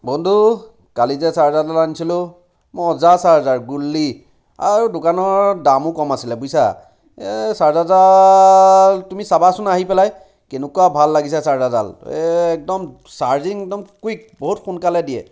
বন্ধু কালি যে চাৰ্জাৰডাল আনিছিলোঁ মজা চাৰ্জাৰ গুলি আৰু দোকানৰ দামো কম আছিলে বুজিছা এই চাৰ্জাৰডাল তুমি চাবাচোন আহি পেলাই কেনেকুৱা ভাল লাগিছে চাৰ্জাৰডাল এই একদম চাৰ্জিং একদম কুইক বহুত সোনকালে দিয়ে